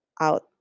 out